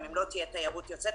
גם אם לא תהיה תיירות יוצאת,